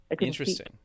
Interesting